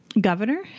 governor